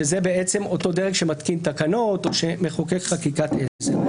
שזה אותו דרג שמתקין תקנות או שמחוקק חקיקת עזר.